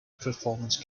performance